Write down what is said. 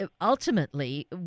ultimately